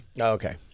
Okay